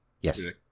Yes